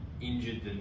injured